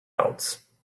else